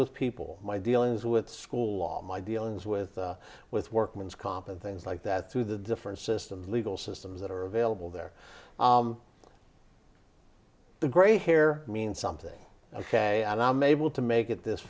with people my dealings with school law my dealings with with workman's comp and things like that through the different systems legal systems that are available there the grey hair means something ok i'm able to make it this